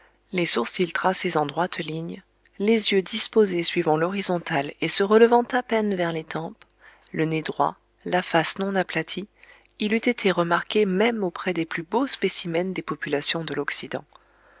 les sourcils tracés en droite ligne les yeux disposés suivant l'horizontale et se relevant à peine vers les tempes le nez droit la face non aplatie il eût été remarqué même auprès des plus beaux spécimens des populations de l'occident